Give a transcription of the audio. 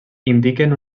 indiquen